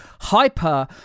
hyper